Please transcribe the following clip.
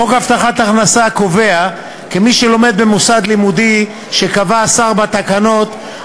חוק הבטחת הכנסה קובע כי מי שלומד במוסד לימודי שקבע השר בתקנות,